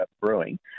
brewing